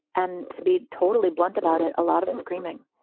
and to be totally blunt about it, a lot of screaming.